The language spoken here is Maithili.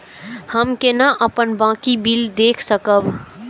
हम केना अपन बाँकी बिल देख सकब?